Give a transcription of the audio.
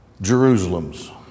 Jerusalems